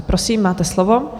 Prosím, máte slovo.